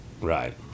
right